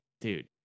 dude